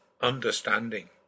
understanding